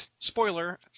spoiler